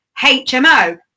HMO